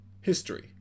History